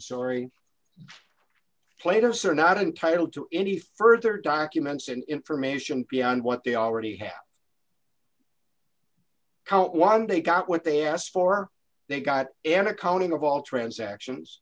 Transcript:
sorry platers are not entitled to any further documents and information beyond what they already have count one they got what they asked for they got an accounting of all transactions